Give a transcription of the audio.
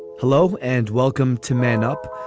hello and welcome to man up,